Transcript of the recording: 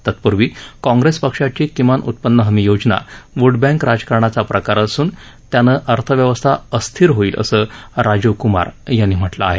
तत्पूर्वी काँप्रेस पक्षाची किमान उत्पन्न हमी योजना वोटबँक राजकारणाचा प्रकार असून त्याने अर्थव्यवस्था अस्थिर होईल असं राजीव कुमार यांनी म्हटलं आहे